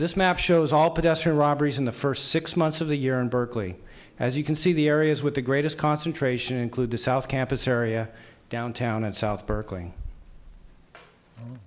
this map shows all pedestrian robberies in the first six months of the year in berkeley as you can see the areas with the greatest concentration include the south campus area downtown and south berkeley